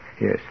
Yes